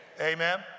Amen